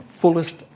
fullest